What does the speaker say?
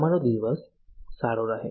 તમારો દિવસ સારો રહે